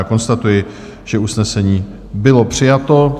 Konstatuji, že usnesení bylo přijato.